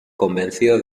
convencido